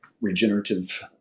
regenerative